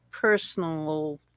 personal